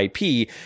IP